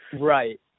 Right